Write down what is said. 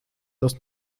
dass